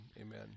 Amen